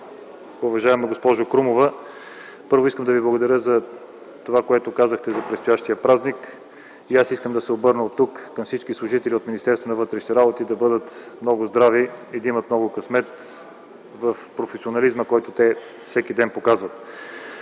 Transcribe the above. Уважаема госпожо Крумова, първо искам да Ви благодаря за онова, което казахте за предстоящия празник. Искам да се обърна оттук към всички служители от Министерството на вътрешните работи – да бъдат много здрави и да имат много късмет в професионализма, който те всеки ден показват!